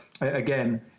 again